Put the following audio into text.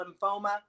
lymphoma